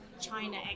China